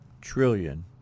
trillion